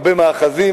הרבה מאחזים,